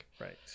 Right